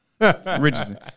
Richardson